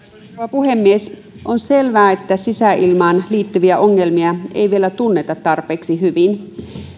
puhemies on selvää että sisäilmaan liittyviä ongelmia ei vielä tunneta tarpeeksi hyvin